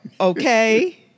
Okay